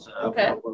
Okay